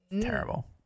Terrible